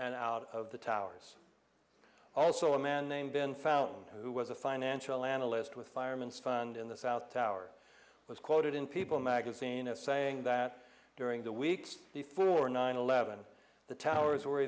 and out of the towers also a man named been found who was a financial analyst with fireman's fund in the south tower was quoted in people magazine as saying that during the weeks before nine eleven the towers were